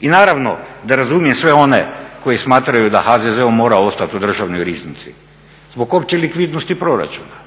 I naravno da razumijem sve one koji smatraju da HZZO mora ostati u državnoj riznici zbog opće likvidnosti proračuna,